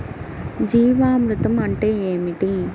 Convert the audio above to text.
జీవామృతం అంటే ఏమిటి?